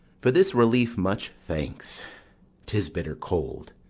for this relief much thanks tis bitter cold,